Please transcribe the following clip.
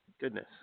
goodness